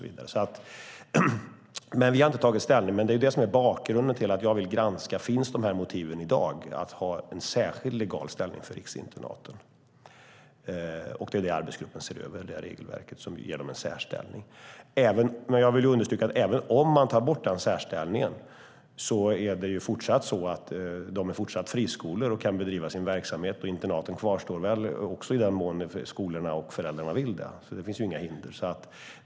Vi har inte tagit ställning än, men detta är bakgrunden till att jag vill granska om det i dag finns motiv att ha en särskild legal ställning för riksinternaten. Det regelverket ser arbetsgruppen nu över. Jag vill understryka att även om man tar bort särställningen är de fortsatt friskolor och kan bedriva sin verksamhet, och internaten kvarstår väl i den mån skolorna och föräldrarna vill det. Det finns alltså inga hinder.